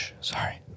Sorry